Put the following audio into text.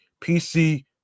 pc